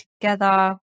together